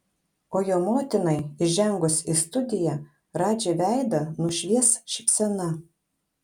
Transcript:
o jo motinai įžengus į studiją radži veidą nušvies šypsena